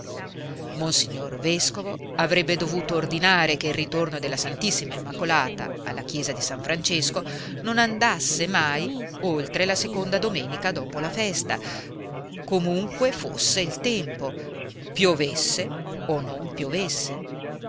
monsignor vescovo avrebbe dovuto ordinare che il ritorno della ss immacolata alla chiesa di san francesco non andasse mai oltre la seconda domenica dopo la festa comunque fosse il tempo piovesse o non piovesse